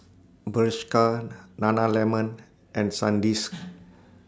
Bershka Nana Lemon and Sandisk